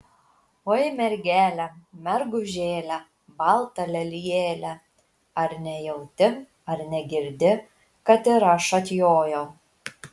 oi mergele mergužėle balta lelijėle ar nejauti ar negirdi kad ir aš atjojau